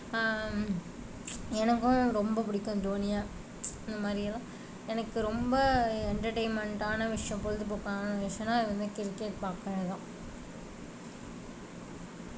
எனக்கும் ரொம்ப பிடிக்கும் தோனியை இந்த மாதிரியெல்லாம் எனக்கு ரொம்ப என்டர்டைன்மெண்ட்டான விஷயம் பொழுதுபோக்கான விஷயம்ன்னால் அது வந்து கிரிக்கெட் பார்க்குறதுதான்